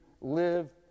live